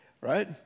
Right